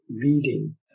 reading